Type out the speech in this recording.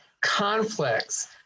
conflicts